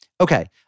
Okay